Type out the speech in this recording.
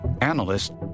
analysts